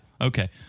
Okay